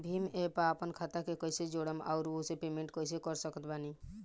Bhim app पर आपन खाता के कईसे जोड़म आउर ओसे पेमेंट कईसे कर सकत बानी?